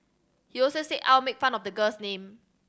he also said Au made fun of the girl's name